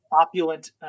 opulent